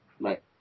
Right